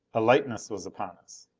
a lightness was upon us.